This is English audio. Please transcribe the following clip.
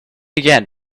again